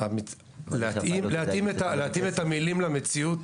כי להתאים את המילים למציאות